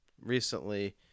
recently